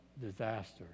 disaster